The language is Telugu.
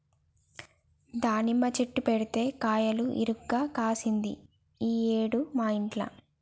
దానిమ్మ చెట్టు పెడితే కాయలు ఇరుగ కాశింది ఈ ఏడు మా ఇంట్ల